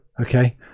okay